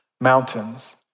mountains